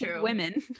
women